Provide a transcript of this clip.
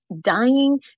dying